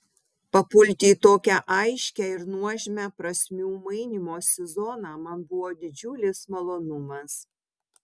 papulti į tokią aiškią ir nuožmią prasmių mainymosi zoną man buvo didžiulis malonumas